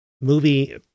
movie